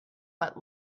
but